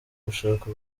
gushaka